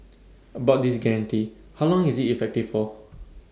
about this guarantee how long is IT effective for